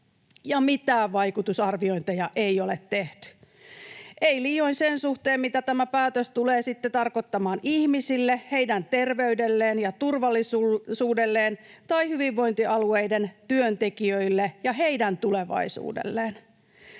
Mitään vaikutusarviointeja ei ole tehty, ei liioin sen suhteen, mitä tämä päätös tulee sitten tarkoittamaan ihmisille, heidän terveydelleen ja turvallisuudelleen tai hyvinvointialueiden työntekijöille ja heidän tulevaisuudelleen.